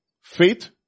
faith